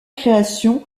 création